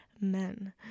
men